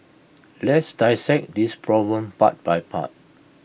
let's dissect this problem part by part